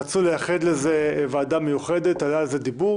רצו לייחד לזה ועדה מיוחדת, היה על זה דיבור.